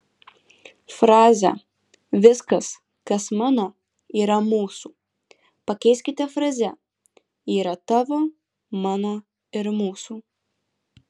frazę viskas kas mano yra mūsų pakeiskite fraze yra tavo mano ir mūsų